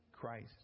Christ